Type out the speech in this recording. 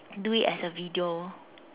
do it as a video